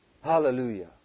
Hallelujah